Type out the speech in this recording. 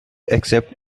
accept